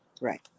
Right